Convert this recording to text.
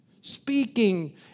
speaking